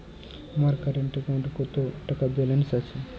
আমার কারেন্ট অ্যাকাউন্টে কত টাকা ব্যালেন্স আছে?